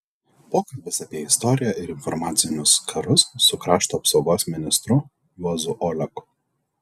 pokalbis apie istoriją ir informacinius karus su krašto apsaugos ministru juozu oleku